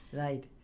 right